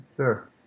Sure